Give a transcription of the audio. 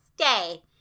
stay